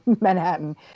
Manhattan